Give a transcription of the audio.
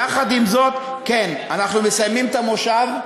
יחד עם זאת, כן, אנחנו מסיימים את המושב,